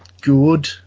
good